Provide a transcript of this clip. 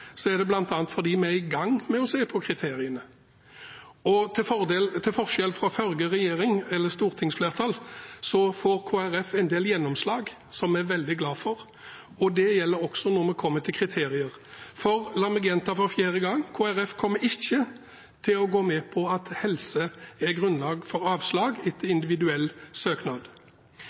er det bl.a. fordi vi er i gang med å se på kriteriene, og til forskjell fra under forrige stortingsflertall, får Kristelig Folkeparti nå en del gjennomslag som vi er veldig glade for. Det gjelder også når vi kommer til spørsmålet om kriterier. La meg gjenta for fjerde gang: Kristelig Folkeparti kommer ikke til å gå med på at helse er grunnlag for avslag etter individuell søknad.